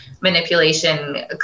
manipulation